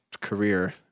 career